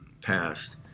passed